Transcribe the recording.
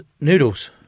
noodles